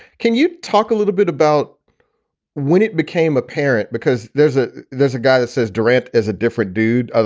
can you talk a little bit about when it became apparent? because there's a there's a guy that says durant is a different dude. ah